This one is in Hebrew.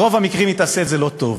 ברוב המקרים היא תעשה את זה לא טוב.